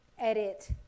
edit